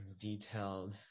detailed